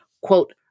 quote